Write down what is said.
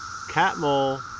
Catmull